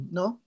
no